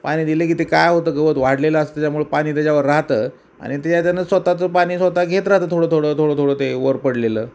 पाणी दिले की ते काय होतं गवत वाढलेलं असतं त्याच्यामुळं पाणी त्याच्यावर राहतं आणि त्याच्यानं स्वतःचं पाणी स्वतः घेत राहतं थोडं थोडं थोडं थोडं ते वर पडलेलं